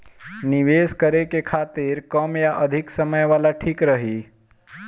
निवेश करें के खातिर कम या अधिक समय वाला ठीक रही?